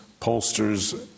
pollsters